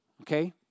okay